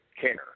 care